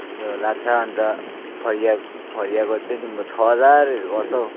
लाछा अन्त फरिया फरियाको चाहिँ तिम्रो छ हजारहरू गर्छ हौ